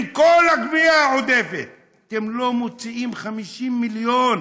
עם כל הגבייה העודפת, אתם לא מוצאים 50 מיליון